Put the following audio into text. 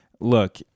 look